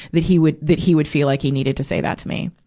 that he would, that he would feel like he needed to say that to me.